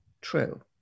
true